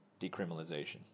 decriminalization